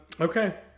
Okay